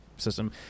system